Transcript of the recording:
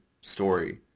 story